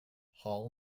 hall